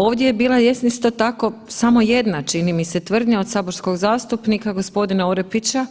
Ovdje je bila …/nerazumljivo/… tako samo jedna čini mi se tvrdnja od saborskog zastupnika gospodina Orepića